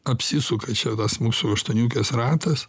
apsisuka čia tas mūsų aštuoniukės ratas